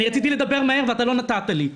רציתי לדבר מהר ואתה לא נתת לי.